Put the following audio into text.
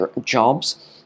jobs